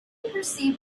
perceived